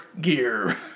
gear